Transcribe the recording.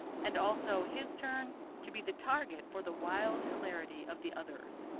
and also his turn to be the target for the wild hilarity of the others.